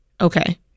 Okay